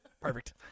Perfect